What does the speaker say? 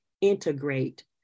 integrate